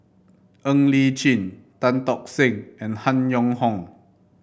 Ng Li Chin Tan Tock Seng and Han Yong Hong